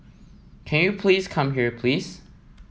can you please come here please